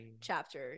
chapter